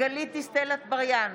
גלית דיסטל אטבריאן,